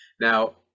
Now